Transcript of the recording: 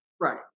Right